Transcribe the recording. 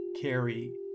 Carry